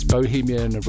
Bohemian